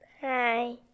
Hi